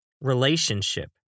Relationship